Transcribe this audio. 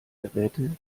geräte